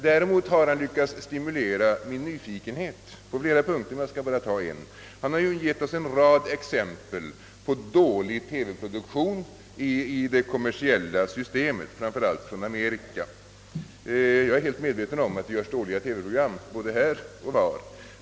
Däremot har herr Palme lyckats stimulera min nyfikenhet på flera punkter. Jag skall bara ta upp en. Herr Palme har givit oss en rad exempel på dåliga TV-produkter som framställts inom det kommersiella systemet, framför allt i Amerika. Jag är medveten om att det görs dåliga TV program, både här och där.